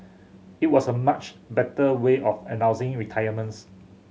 it was a much better way of announcing retirements